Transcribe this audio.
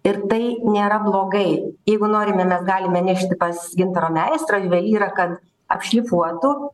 ir tai nėra blogai jeigu norime mes galime nešti pas gintaro meistrą juvelyrą kad apšlifuotų